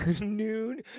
noon